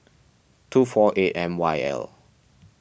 two four eight M Y L